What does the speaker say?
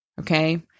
Okay